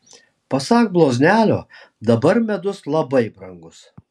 pasak bloznelio dabar medus labai brangus